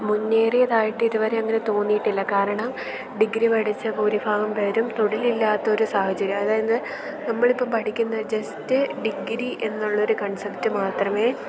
മുന്നേറിയതായിട്ട് ഇതുവരെ അങ്ങനെ തോന്നിയിട്ടില്ല കാരണം ഡിഗ്രി പഠിച്ച ഭൂരിഭാഗം പേരും തൊഴിലില്ലാത്ത ഒരു സാഹചര്യം അതായത് നമ്മൾ ഇപ്പം പഠിക്കുന്ന ജസ്റ്റ് ഡിഗ്രി എന്നുള്ള ഒരു കൺസെപ്റ്റ് മാത്രമേ